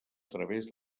través